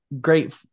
great